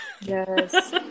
Yes